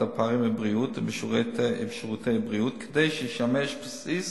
הפערים בבריאות ובשירותי בריאות כדי שישמש בסיס